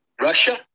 Russia